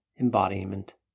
embodiment